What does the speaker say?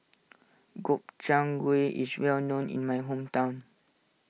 Gobchang Gui is well known in my hometown